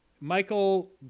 Michael